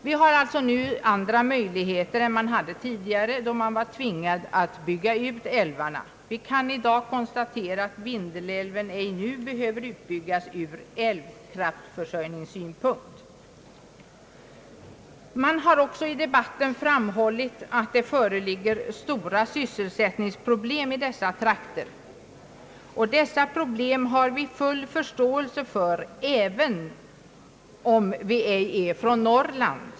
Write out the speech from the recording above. Vi har alltså nu andra möjligheter än tidigare, då man var tvingad att bygga ut älvarna. Vi kan i dag konstatera att Vindelälven inte behöver utbyggas ur elkraftförsörjningssynpunkt. Man har också i debatten framhållit att sysselsättningsproblemen är stora i dessa trakter. De problemen har vi full förståelse för även om vi inte är från Norrland.